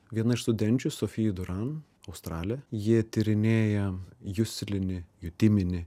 viena iš studenčių sofi duran australė ji tyrinėja juslinį jutiminį